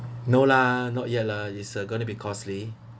no lah not yet lah is uh gonna be costly